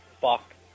fuck